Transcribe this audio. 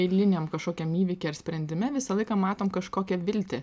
eiliniam kažkokiam įvyky ar sprendime visą laiką matom kažkokią viltį